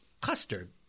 custard